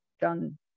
done